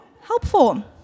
Helpful